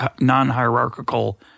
non-hierarchical